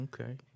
okay